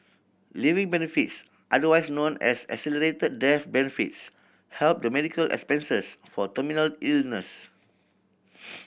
living benefits otherwise known as accelerated death benefits help the medical expenses for terminal illnesses